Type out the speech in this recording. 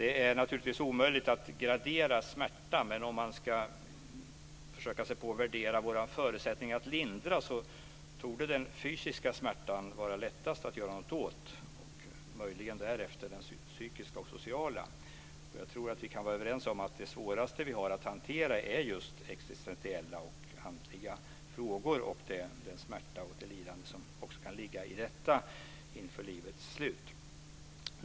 Det är naturligtvis omöjligt att gradera smärta, men vid ett försök att värdera våra förutsättningar att lindra torde den fysiska smärtan vara lättast att göra något åt, och möjligen kommer därefter den psykiska och sociala. Jag tror att vi kan vara överens om att det svåraste som vi har att hantera är just existentiella och andliga frågor och den smärta och det lidande som kan ligga i detta inför livets slut.